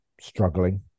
struggling